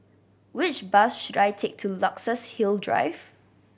which bus should I take to Luxus Hill Drive